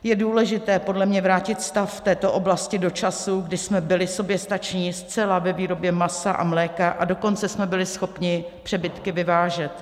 Je důležité podle mě vrátit stav této oblasti do časů, kdy jsme byli soběstační zcela ve výrobě masa a mléka, a dokonce jsme byli schopni přebytky vyvážet.